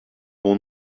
bon